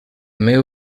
meu